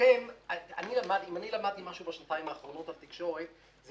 אם למדתי בשנתיים האחרונות משהו על תקשורת זה